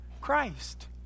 Christ